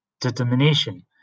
determination